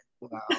Wow